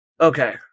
Okay